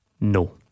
No